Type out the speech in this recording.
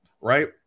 right